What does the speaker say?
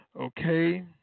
Okay